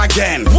Again